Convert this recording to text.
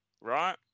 right